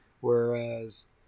whereas